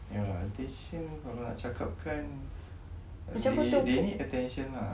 ya attention kalau nak cakapkan they need attention ah